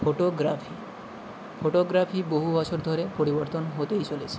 photography photography বহু বছর ধরে পরিবর্তন হতেই চলেছে